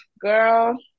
girl